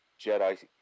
Jedi